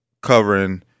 covering